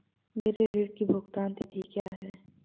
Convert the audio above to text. मेरे ऋण की भुगतान तिथि क्या है?